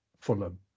Fulham